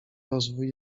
rozwój